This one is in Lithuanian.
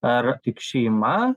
ar tik šeima